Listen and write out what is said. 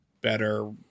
better